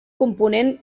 component